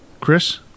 Chris